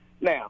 Now